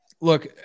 Look